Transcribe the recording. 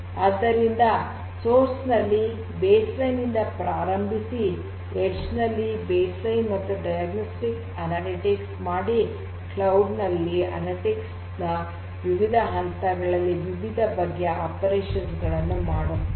ಆದ್ದರಿಂದ ಸೋರ್ಸ್ ನಲ್ಲಿ base line ನಿಂದ ಪ್ರಾರಂಭಿಸಿ ಎಡ್ಜ್ ನಲ್ಲಿ ಬೇಸ್ ಲೈನ್ ಮತ್ತು ಡಯಗನೋಸ್ಟಿಕ್ಸ್ ಅನಲಿಟಿಕ್ಸ್ ಮಾಡಿ ಕ್ಲೌಡ್ ನಲ್ಲಿ ಅನಲಿಟಿಕ್ಸ್ ನ ವಿವಿಧ ಹಂತಗಳಲ್ಲಿ ವಿವಿಧ ಬಗೆಯ ಕಾರ್ಯಾಚರಣೆಗಳನ್ನು ಮಾಡುತ್ತೇವೆ